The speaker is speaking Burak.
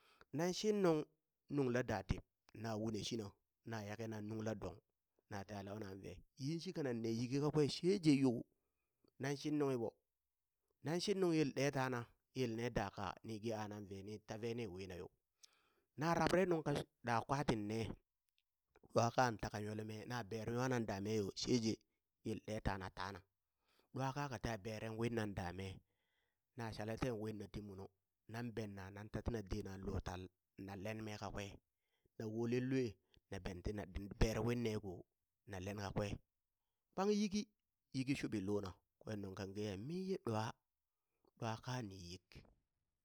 Nan shin nung nungla datib na wune shina na yake na nung la dong, nateha launan ve yinshika nan ne yiki kakwe sheje yo nan shin nunghiɓo nan shin nunghi yel ɗe tana yel ne daka nige anan ve nin tave ni wina yo, na rabrare nunka ɗwaka tin ne ɗwa kaa taka nyole me na bere nwanan da meyo sheje yel ɗe tana taana, ɗwa kaa ka teha beren winna da me na shala ten winna ti muno nan benna nan ta tina dee na lo tal na len me kakwe na wolen lue na ben tina bere winne ko na len kakwe kpang yiki yiki shuɓi lona kwen nungkan geya mii ye ɗwa ɗwaka ni yik.